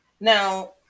Now